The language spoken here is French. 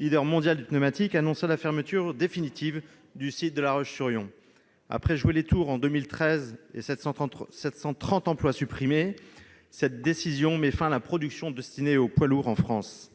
leader mondial du pneumatique, a annoncé la fermeture définitive du site de La Roche-sur-Yon. Après Joué-lès-Tours en 2013 et 730 emplois supprimés, cette décision met fin à la production de pneus destinés aux poids lourds en France.